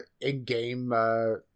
in-game